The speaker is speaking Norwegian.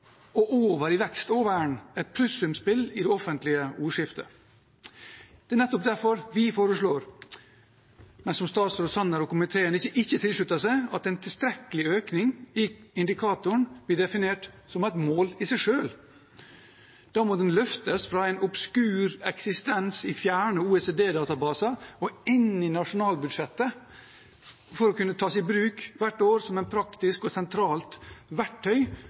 og over i vekst og vern, et pluss-sumspill, i det offentlige ordskiftet. Det er nettopp derfor vi foreslår det som statsråd Sanner og komiteen ikke tilslutter seg, at en tilstrekkelig økning i indikatoren blir definert som et mål i seg selv. Da må den løftes fra en obskur eksistens i fjerne OECD-databaser og inn i nasjonalbudsjettet for å kunne tas i bruk hvert år som et praktisk og sentralt verktøy